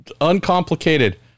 uncomplicated